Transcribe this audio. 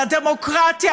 על הדמוקרטיה,